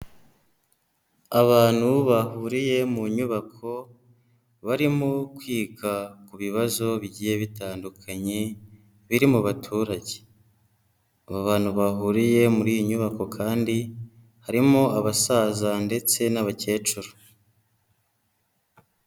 Abantu bahuriye mu nyubako, barimo kwiga ku bibazo bigiye bitandukanye biri mu baturage, abo bantu bahuriye muri iyi nyubako kandi harimo abasaza ndetse n'abakecuru.